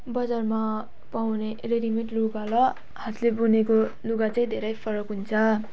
बजारमा पाउने ready made लुगा र हातले बुनेको लुगा चाहिँ धेरै फरक हुन्छ